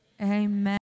Amen